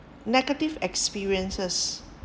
negative experiences